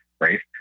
Right